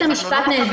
אנחנו לא --- אז